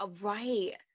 Right